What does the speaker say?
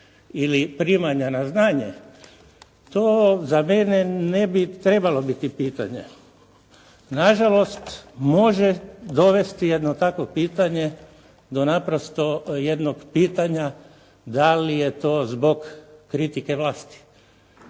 ili primanja na znanje, to za mene ne bi trebalo biti pitanje. Nažalost može dovesti jedno takvo pitanje do naprosto jednog pitanja da li je to zbog kritike vlasti?